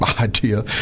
idea